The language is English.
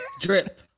Drip